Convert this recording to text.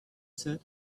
said